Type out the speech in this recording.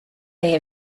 day